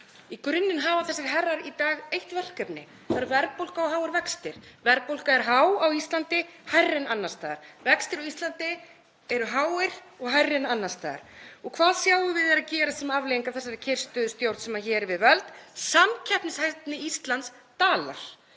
Í grunninn hafa þessir herrar í dag eitt verkefni og það er verðbólga og háir vextir. Verðbólga er há á Íslandi, hærri en annars staðar. Vextir á Íslandi eru háir og hærri en annars staðar. Og hvað sjáum við vera að gerast sem afleiðingu af þessari kyrrstöðustjórn sem hér er við völd? Samkeppnishæfni Íslands dalar.